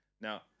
Now